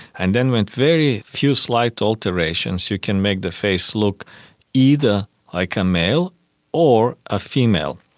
and then with very few slight alterations you can make the face look either like a male or a female.